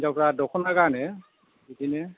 हिन्जावफोरा दखना गानो बिदिनो